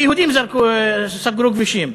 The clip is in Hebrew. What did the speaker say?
שיהודים סגרו כבישים,